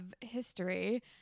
history